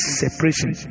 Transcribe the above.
separation